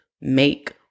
make